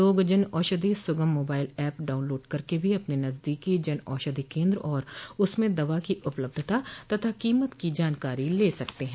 लोग जन औषधि सुगम मोबाइल ऐप डाउनलोड करके भी अपने नजदीकी जन औषधि केन्द्र और उसमें दवा की उपलब्धता तथा कीमत की जानकारी ले सकते हैं